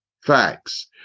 facts